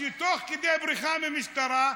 תוך כדי בריחה מהמשטרה.